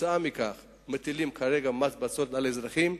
ולכן מטילים כרגע מס בצורת על האזרחים.